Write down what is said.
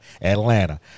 Atlanta